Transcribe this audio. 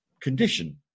condition